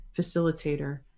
facilitator